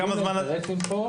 עוד חודש וחצי?